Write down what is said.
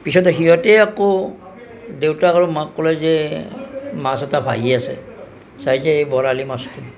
পিছত সিহঁতেই আকৌ দেউতাক আৰু মাক ক'লে যে মাছ এটা ভাহি আছে চাগৈ এই বৰালি মাছটো